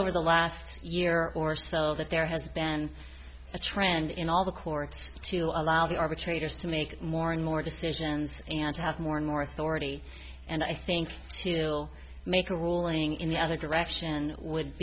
over the last year or so that there has been a trend in all the courts to allow the arbitrator's to make more and more decisions and to have more and more authority and i think too little make a ruling in the other direction would